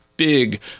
big